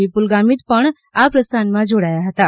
વિપુલ ગામીત પણ આ પ્રસ્થાનમાં જોડાયા હતાં